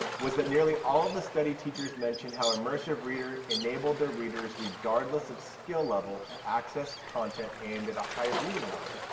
was that nearly all of the study's teachers mentioned how immersive reader enabled their readers, regardless of skill level, to access content aimed at a higher reading level.